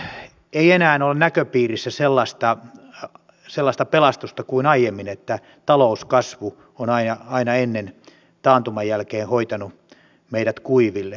nyt vain ei enää ole näköpiirissä sellaista pelastusta kuin aiemmin että talouskasvu on aina ennen taantuman jälkeen hoitanut meidät kuiville